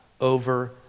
over